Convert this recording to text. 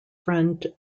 friend